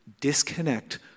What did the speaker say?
disconnect